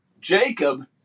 Jacob